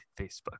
Facebook